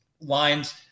lines